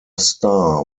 star